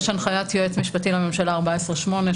מקרה אחד יכול להיות